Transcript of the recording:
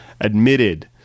admitted